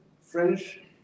French